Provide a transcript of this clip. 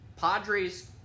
Padres